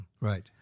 Right